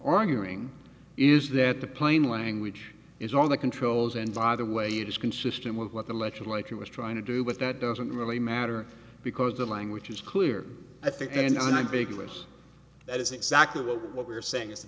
arguing is that the plain language is all the controls and by the way it is consistent with what the legislature was trying to do with that doesn't really matter because the language is clear i think and i'm vegas that is exactly what we're saying is that